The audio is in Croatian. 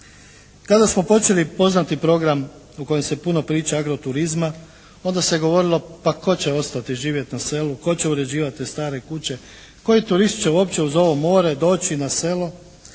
Kada smo počeli poznati program o kojem se puno priča, agroturizma, onda se je govorilo pa tko će ostati živjeti na selu, tko će uređivati stare kuće, koji turist će uopće uz ovo more doći na selo.